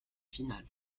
finale